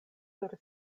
sur